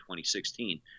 2016